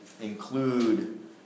include